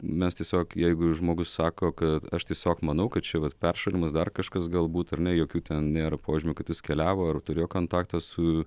mes tiesiog jeigu žmogus sako kad aš tiesiog manau kad čia vat peršalimas dar kažkas galbūt ar ne jokių ten nėra požymių kad jis keliavo ar turėjo kontaktą su